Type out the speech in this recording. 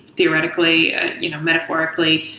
theoretically, ah you know metaphorically,